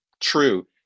true